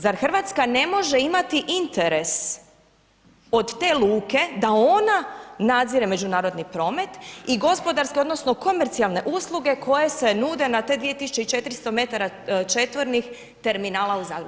Zar Hrvatska ne može imati interes od te luke, da ona nadzire međunarodni promet i gospodarski, odnosno komercijalne usluge, koje se nude na te 2400 metara četvornih terminala u Zadru.